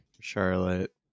Charlotte